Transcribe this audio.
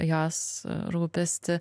jos rūpestį